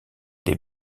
des